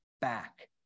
back